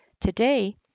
Today